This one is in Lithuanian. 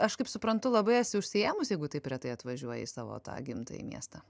aš kaip suprantu labai esi užsiėmus jeigu taip retai atvažiuoji į savo tą gimtąjį miestą